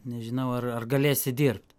nežinau ar ar galėsi dirbt